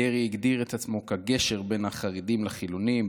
דרעי הגדיר את עצמו כגשר בין החרדים לחילונים,